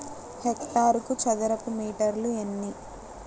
హెక్టారుకు చదరపు మీటర్లు ఎన్ని?